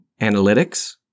analytics